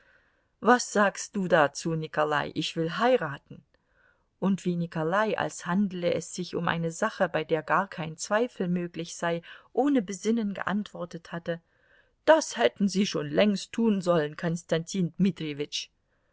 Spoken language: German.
was sagst du dazu nikolai ich will heiraten und wie nikolai als handele es sich um eine sache bei der gar kein zweifel möglich sei ohne besinnen geantwortet hatte das hätten sie schon längst tun sollen